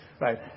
Right